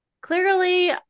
clearly